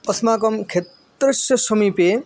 अस्माकं क्षेत्रस्य समीपे